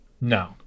No